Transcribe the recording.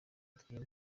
adrien